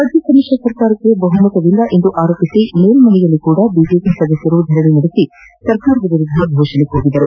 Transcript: ರಾಜ್ಯ ಸಮ್ಮಿಶ್ರ ಸರ್ಕಾರಕ್ಕೆ ಬಹುಮತವಿಲ್ಲ ಎಂದು ಆರೋಪಿಸಿ ಮೇಲ್ಮನೆಯಲ್ಲಿ ಬಿಜೆಪಿ ಸದಸ್ಯರು ಧರಣಿ ನಡೆಸಿ ಸರ್ಕಾರದ ವಿರುದ್ದ ಘೋಷಣೆ ಕೂಗಿದರು